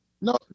No